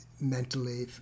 mentally